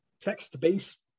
text-based